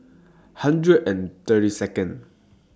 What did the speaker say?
hundred and thirty Second